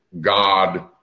God